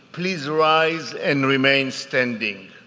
please rise and remain standing.